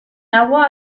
agua